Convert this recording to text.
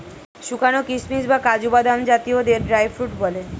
শুকানো কিশমিশ বা কাজু বাদাম জাতীয়দের ড্রাই ফ্রুট বলে